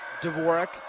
Dvorak